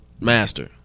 Master